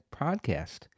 podcast